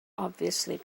obviously